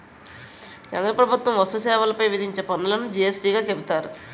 కేంద్ర ప్రభుత్వం వస్తు సేవల పైన విధించే పన్నులును జి యస్ టీ గా చెబుతారు